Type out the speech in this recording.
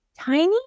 tiny